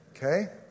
Okay